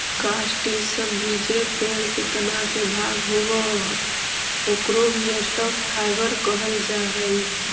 काष्ठ इ सब भी जे पेड़ के तना के भाग होवऽ, ओकरो भी स्टॉक फाइवर कहल जा हई